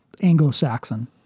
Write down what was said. Anglo-Saxon